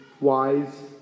wise